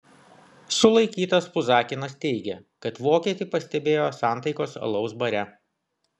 sulaikytas puzakinas teigė kad vokietį pastebėjo santaikos alaus bare